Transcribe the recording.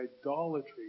idolatry